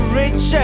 rich